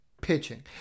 pitching